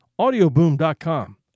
AudioBoom.com